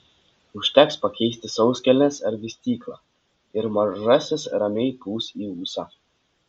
užteks pakeisti sauskelnes ar vystyklą ir mažasis ramiai pūs į ūsą